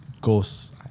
ghosts